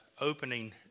opening